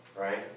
Right